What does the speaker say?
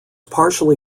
partially